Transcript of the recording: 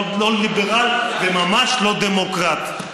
לא ליברל וממש לא דמוקרט.